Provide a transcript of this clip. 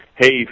Hey